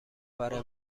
برای